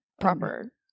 proper